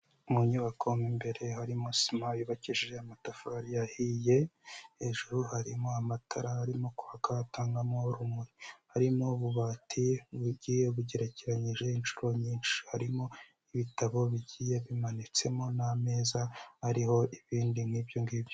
Mu nyubako mo imbere harimo sima, yubakishije amatafari ahiye, hejuru harimo amatara arimo kwaka atangamo urumuri, harimo ububati bugiye bugerekeranyije inshuro nyinshi, harimo ibitabo bigiye bimanitsemo n'ameza ariho ibindi nk'ibyo ngibyo.